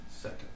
second